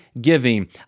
giving